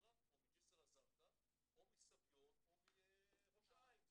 ברק או מג'סר א-זרקא או מסביון או מראש העין.